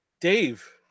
Dave